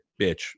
bitch